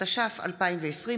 התש"ף 2020,